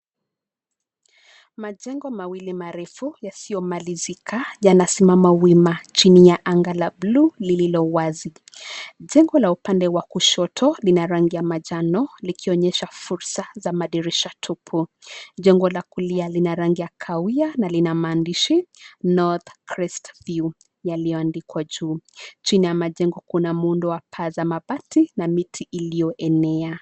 Majengo mawili marefu yasiyomalizika yanasimama wima chini ya anga la blue lililo wazi. Jengo la upande wa kushoto lina rangi ya manjano likionyesha fursa za madirisha tupu. Jengo la kulia lina rangi ya kahawia na linamandishi North Crest View yaliyoandikwa juu. Chini ya majengo kuna muundo wa paa za mabati na miti iliyoenea.